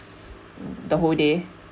the whole day